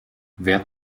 wer